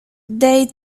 they